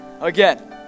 again